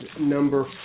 number